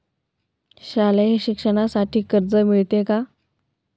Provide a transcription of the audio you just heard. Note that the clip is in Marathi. शालेय शिक्षणासाठी कर्ज मिळते का?